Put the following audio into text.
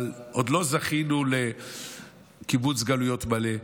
אבל עוד לא זכינו לקיבוץ גלויות מלא,